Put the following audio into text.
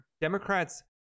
Democrats